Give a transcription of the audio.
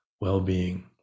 well-being